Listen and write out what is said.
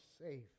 safe